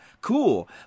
cool